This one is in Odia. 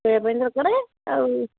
ଶୋଇବା ପାଇଁ ଦରକାର ଆଉ